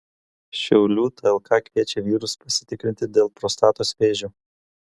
šiaulių tlk kviečia vyrus pasitikrinti dėl prostatos vėžio